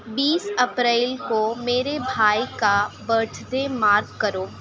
بیس April کو میرے بھائی کا برتھ ڈے مارک کرو